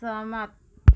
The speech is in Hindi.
सहमत